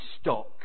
stock